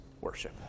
worship